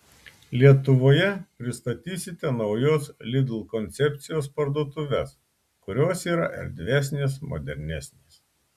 lietuvoje pristatysite naujos lidl koncepcijos parduotuves kurios yra erdvesnės modernesnės